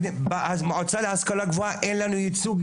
במועצה להשכלה גבוהה אין לנו ייצוג,